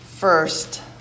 First